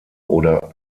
oder